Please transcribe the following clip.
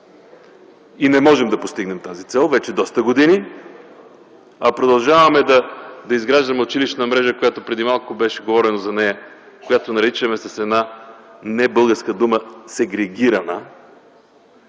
и не можем да я постигнем вече доста години, а продължаваме да изграждаме училищна мрежа – преди малко беше говорено за нея, която наричаме с небългарската дума „сегрегирана”.